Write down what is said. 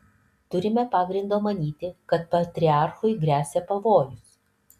turime pagrindo manyti kad patriarchui gresia pavojus